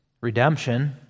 redemption